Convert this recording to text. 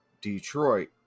Detroit